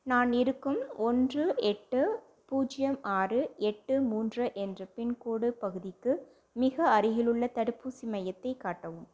நான் இருக்கும் ஒன்று எட்டு பூஜ்ஜியம் ஆறு எட்டு மூன்று என்ற பின்கோடு பகுதிக்கு மிக அருகிலுள்ள தடுப்பூசி மையத்தைக் காட்டவும்